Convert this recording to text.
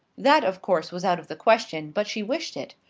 that, of course, was out of the question, but she wished it.